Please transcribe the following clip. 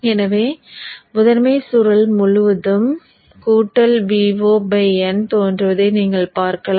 எனவே முதன்மை சுருள் முழுவதும் Vo n தோன்றுவதை நீங்கள் பார்க்கலாம்